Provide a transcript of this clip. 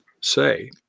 say